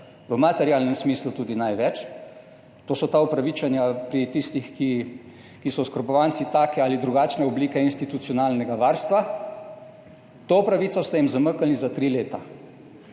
v materialnem smislu tudi največ to so ta upravičenja pri tistih, ki so oskrbovanci take ali drugačne oblike institucionalnega varstva. To pravico ste jim zamaknili za tri leta.